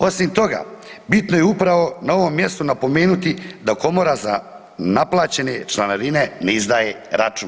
Osim toga bitno je upravo na ovom mjestu napomenuti da komora za naplaćene članarine ne izdaje račun.